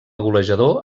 golejador